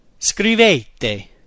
scrivete